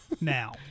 now